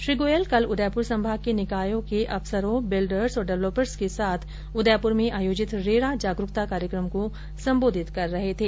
श्री गोयल कल उदयपुर संभाग के निकायों के अफसरों बिल्डर्स और डवलपर्स के साथ उदयपुर में आयोजित रेरा जागरूकता कार्यक्रम को संबोधित कर रहे थें